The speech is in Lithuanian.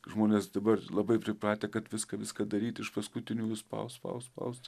žmonės dabar labai pripratę kad viską viską daryt iš paskutiniųjų spaust spaust spaust